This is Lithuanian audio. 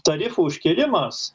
tarifų užkėlimas